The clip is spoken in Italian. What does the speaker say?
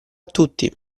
tutti